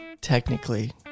Technically